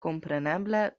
kompreneble